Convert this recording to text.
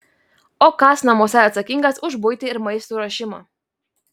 o kas namuose atsakingas už buitį ir maisto ruošimą